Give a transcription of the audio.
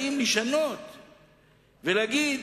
באים לשנות ולהגיד: